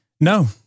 No